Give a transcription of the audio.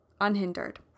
unhindered